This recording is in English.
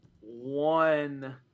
one